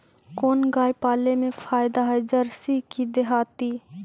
कोन गाय पाले मे फायदा है जरसी कि देहाती?